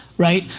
right?